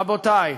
רבותי,